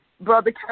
Brother